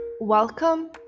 Welcome